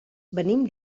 venim